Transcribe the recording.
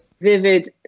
vivid